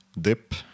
dip